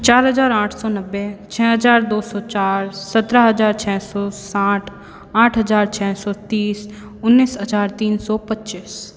चार हजार आठ सौ नब्बे छः हजार दो सौ चार सत्रह हजार छः सौ साठ आठ हजार छः सौ तीस उन्नीस हजार तीन सौ पच्चीस